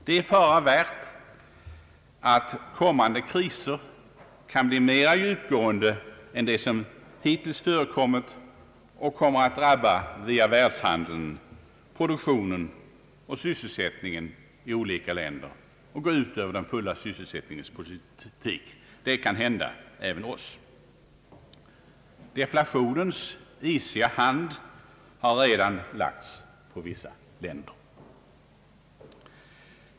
Det är fara värt att kommande kriser kan bli mera djupgående än de som hittills förekommit. Detta kommer via världshandeln att drabba produktionen och sysselsättningen i olika länder samt att gå ut över den fulla sysselsättningens politik. Detta kan hända även oss, Deflationens isiga hand har redan lagts på vissa länder.